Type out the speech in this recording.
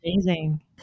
amazing